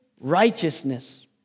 righteousness